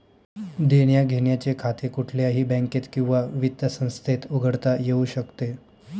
देण्याघेण्याचे खाते कुठल्याही बँकेत किंवा वित्त संस्थेत उघडता येऊ शकते